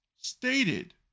stated